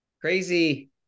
crazy